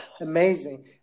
amazing